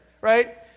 right